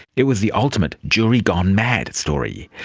it was the ultimate jury-gone-mad story.